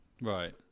Right